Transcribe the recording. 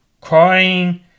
crying